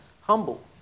humble